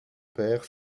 père